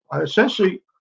Essentially